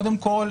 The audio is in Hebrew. קודם כל,